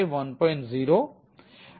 0count